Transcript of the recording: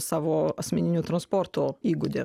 savo asmeniniu transportu įgūdį